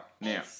Now